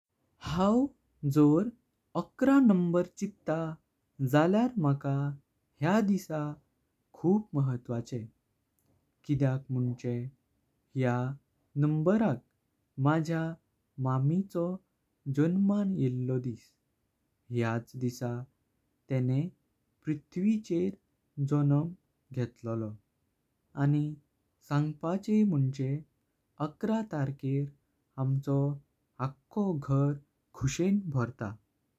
हांव जोर एकोण एक्काविसव्या चिट्ठा झाल्यार माका ह्या। दिसा खूप महत्वाचें किद्याक मुनचें ह्या संख्या माझ्या मामिचो जन्मान योळ्यो दिस ह्याच। दिवस तेंणें पृथ्वीचर जन्म घेतललो आनी सांगपाचें मणचे एकोण एक्काविसतारक आमचो अखों घर खुशेन भरता।